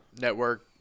network